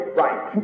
right